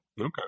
Okay